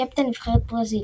קפטן נבחרת ברזיל.